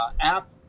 app